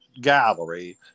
gallery